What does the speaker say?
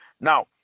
now